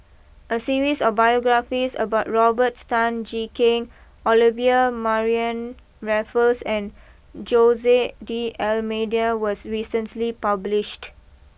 a series of biographies about Robert Tan Jee Keng Olivia Mariamne Raffles and Jose D Almeida was recently published